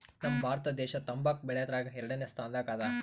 ನಮ್ ಭಾರತ ದೇಶ್ ತಂಬಾಕ್ ಬೆಳ್ಯಾದ್ರಗ್ ಎರಡನೇ ಸ್ತಾನದಾಗ್ ಅದಾ